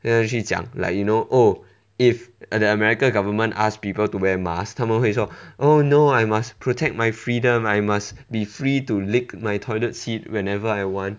他去讲 like you know oh if the american government asked people to wear masks 他们会说 oh no I must protect my freedom I must be free to lick my toilet seat whenever I want